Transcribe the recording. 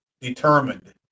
determined